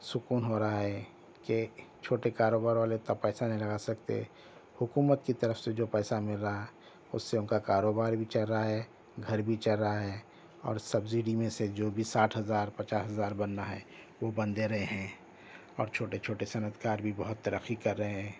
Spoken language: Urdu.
سکون ہو رہا ہے کہ چھوٹے کاروبار والے اتنا پیسہ نہیں لگا سکتے حکومت کی طرف سے جو پیسہ مل رہا ہے اس سے ان کا کاروبار بھی چل رہا ہے گھر بھی چل رہا ہے اور سبسڈی میں سے جو بھی ساٹھ ہزار پچاس ہزار بننا ہے وہ اپن دے رہے ہیں اور چھوٹے چھوٹے صنعت کار بھی بہت ترقی کر رہے ہیں